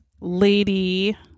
lady